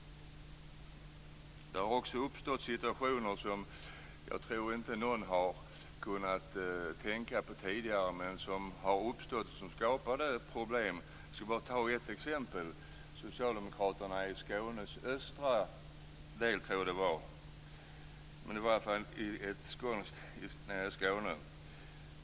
Det har också uppstått situationer som jag inte tror att någon kunnat tänka sig tidigare men som har skapat problem. Jag kan bara ta upp ett exempel som gäller Socialdemokraterna i Skånes östra del - tror jag att det var. Det var i alla fall nere i Skåne.